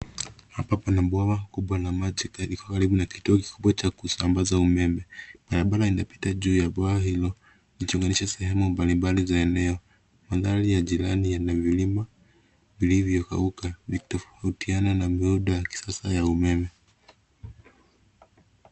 Hapa pana bwawa kubwa la maji iko karibu na kituo kikubwa cha kusambaza umeme. Barabara inapita juu ya bwawa hilo ikiunganisha sehemu mbalimbali za eneo. Mandhari ya jirani yana vilima vilivyokauka vikitofautiana na miundo ya kisasa ya umeme.